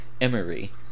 Emery